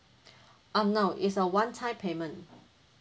um no is a one-time payment